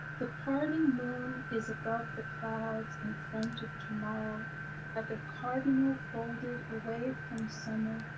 the parting moon is above the clouds in front of tomorrow like a cardinal folded away from summer,